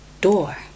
door